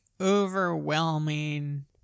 overwhelming